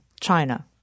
China